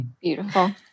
Beautiful